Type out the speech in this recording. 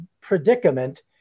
predicament